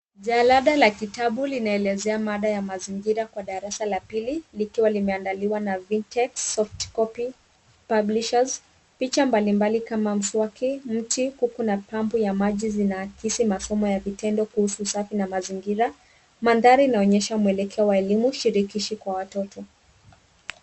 Jalada la kitabu linaelezea mada ya mazingira kwa darasa la pili, likiwa limeandaliwa na Vintage Softcopy Publishers, picha mbalimbali kama mswaki, mti, kuku na pampu ya maji zinaakisi masomo ya vitendo kuhusu usafi na mazingira, mandhari inaonyesha mwelekeo wa elimu shirikishi kwa watoto.